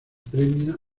premia